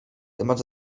temat